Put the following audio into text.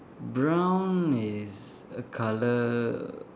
brown is a color